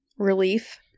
Relief